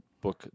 book